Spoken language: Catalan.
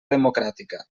democràtica